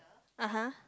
ah !huh!